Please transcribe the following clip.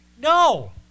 No